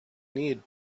need